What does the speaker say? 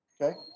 Okay